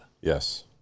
Yes